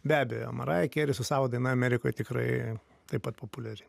be abejo maraja keri su savo daina amerikoj tikrai taip pat populiari